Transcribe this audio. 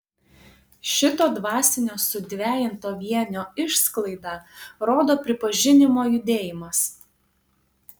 šito dvasinio sudvejinto vienio išsklaidą rodo pripažinimo judėjimas